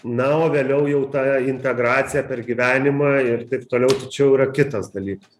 na o vėliau jau ta integracija per gyvenimą ir taip toliau tai čia jau yra kitas dalykas